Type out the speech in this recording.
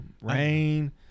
rain